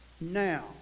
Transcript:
now